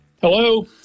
hello